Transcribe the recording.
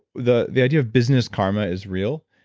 the the idea of business karma is real.